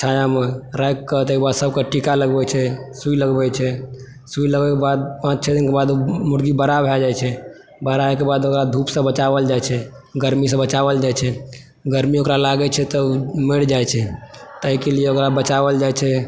छायामे राखिके तेकर बाद सबके टीका लगबै छै सूइ लगबै छै सूइ लगबै के बाद पाँच छओ दिन के बाद ओ मुर्गी बड़ा भए जाइ छै बड़ा होइ के बाद ओकरा धूप सॅं बचाबल जाइ छै गरमीसॅं बचाओल जाइ छै गरमी ओकरा लागय छै तऽ ओ मरि जाइ छै तैं के लिए ओकरा बचाओल जाइ छै